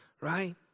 right